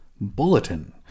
Bulletin